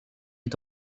est